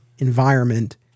environment